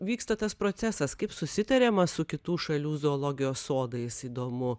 vyksta tas procesas kaip susitariama su kitų šalių zoologijos sodais įdomu